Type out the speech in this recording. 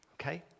okay